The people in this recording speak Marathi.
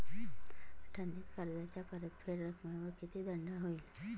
थकीत कर्जाच्या परतफेड रकमेवर किती दंड होईल?